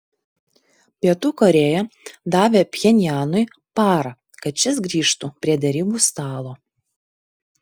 pietų korėja davė pchenjanui parą kad šis grįžtų prie derybų stalo